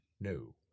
No